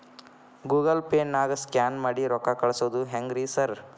Google ಪೇನಾಗ scan ಮಾಡಿ ರೊಕ್ಕಾ ಕಳ್ಸೊದು ಹೆಂಗ್ರಿ ಸಾರ್?